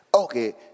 Okay